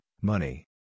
money